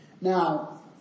Now